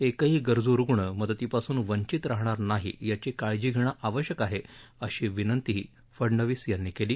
एकही गरजू रुग्ण मदतीपासून वंचित राहणार नाही याची काळजी घेणं आवश्यक आहे अशी विनंतीही फडनवीस यांनी केली